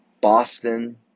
Boston